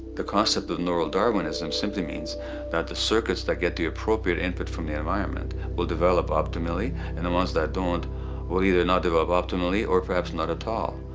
the concept of neural darwinism simply means that the circuits that get the appropriate input from the environment will develop optimally and the ones that don't will either not develop optimally or perhaps not at all.